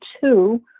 two